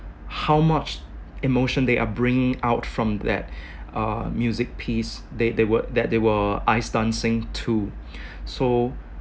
how much emotion they are bringing out from that uh music piece they they were that they were ice dancing to so